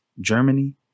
Germany